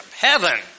Heaven